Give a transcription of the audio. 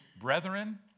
Brethren